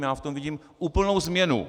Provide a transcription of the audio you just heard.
Já v tom vidím úplnou změnu.